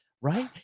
right